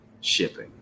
shipping